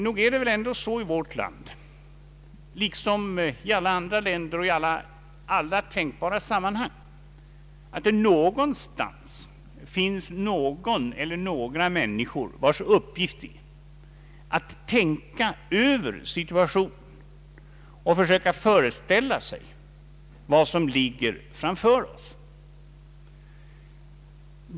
Nog är det väl ändå så i vårt land, liksom i alla andra länder och i alla tänkbara sammanhang, att det någonstans finns någon eller några vilkas uppgift är att tänka över situationen och försöka föreställa sig vad som ligger framför oss.